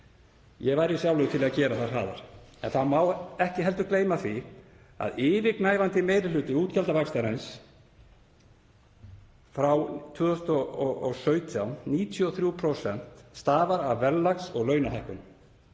ég væri sjálfur til í að gera það hraðar. En það má ekki heldur gleyma því að yfirgnæfandi meiri hluti útgjaldavaxtarins frá 2017, 93%, stafar af verðlags- og launahækkunum.